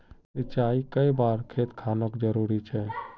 सिंचाई कै बार खेत खानोक जरुरी छै?